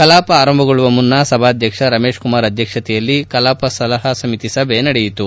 ಕಲಾಪ ಆರಂಭಗೊಳ್ಳುವ ಮುನ್ನ ಸಭಾಧ್ವಕ್ಷ ರಮೇಶ್ ಕುಮಾರ್ ಅಧ್ವಕ್ಷತೆಯಲ್ಲಿ ಕಲಾಪ ಸಲಹಾ ಸಮಿತಿ ಸಭೆ ನಡೆಯಿತು